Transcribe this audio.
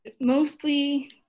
mostly